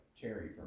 cherry